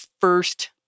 first